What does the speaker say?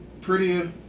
prettier